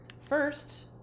First